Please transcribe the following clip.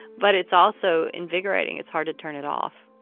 but it's also invigorating. it's hard to turn it off